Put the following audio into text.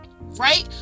right